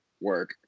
work